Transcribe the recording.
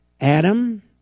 Adam